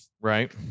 Right